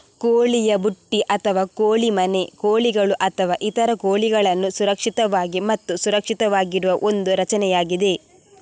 ಕೋಳಿಯ ಬುಟ್ಟಿ ಅಥವಾ ಕೋಳಿ ಮನೆ ಕೋಳಿಗಳು ಅಥವಾ ಇತರ ಕೋಳಿಗಳನ್ನು ಸುರಕ್ಷಿತವಾಗಿ ಮತ್ತು ಸುರಕ್ಷಿತವಾಗಿಡುವ ಒಂದು ರಚನೆಯಾಗಿದೆ